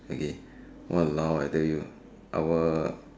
okay !walao! I tell you our